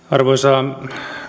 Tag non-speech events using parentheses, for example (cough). (unintelligible) arvoisa